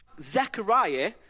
Zechariah